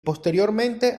posteriormente